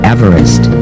Everest